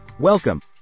Welcome